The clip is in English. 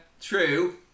True